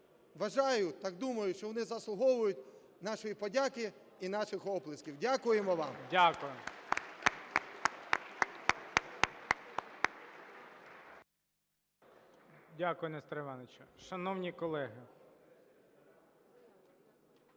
вважаю, так думаю, що вони заслуговують нашої подяки і наших оплесків. Дякуємо вам. ГОЛОВУЮЧИЙ. Дякуємо. Дякую, Несторе Івановичу. Шановні колеги!